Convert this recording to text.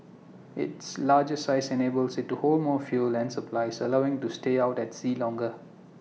its larger size enables IT to hold more fuel and supplies allowing to stay out at sea longer